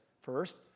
first